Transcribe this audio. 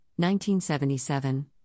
1977